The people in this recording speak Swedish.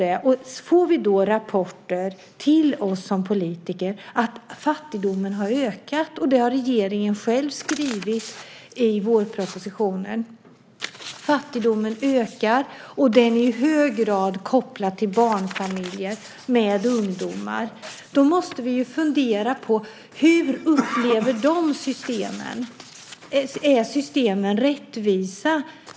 Vi politiker får rapporter om att fattigdomen har ökat. Det har regeringen själv skrivit i vårpropositionen. Fattigdomen ökar. Den är i hög grad kopplad till barnfamiljer med ungdomar. Då måste vi fundera på hur de upplever systemen. Är systemen rättvisa?